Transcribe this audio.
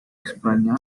españa